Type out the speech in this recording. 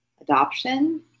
adoption